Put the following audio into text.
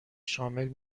شامل